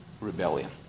rebellion